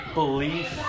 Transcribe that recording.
belief